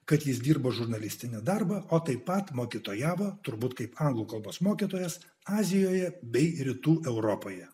kad jis dirbo žurnalistinį darbą o taip pat mokytojavo turbūt kaip anglų kalbos mokytojas azijoje bei rytų europoje